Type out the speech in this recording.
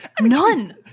None